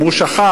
אם הוא שכח,